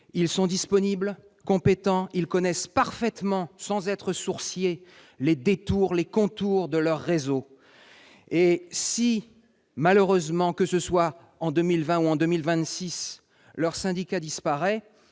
Ils sont disponibles, compétents, ils connaissent parfaitement, sans être sourciers, les détours et les contours de leurs réseaux. Et si, malheureusement, que ce soit en 2020 ou en 2026, leur syndicat disparaît,